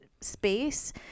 space